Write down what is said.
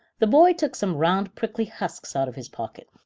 the boy took some round prickly husks out of his pocket.